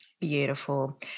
Beautiful